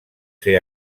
ser